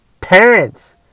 parents